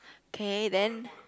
K then